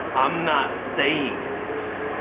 i'm not saying it is,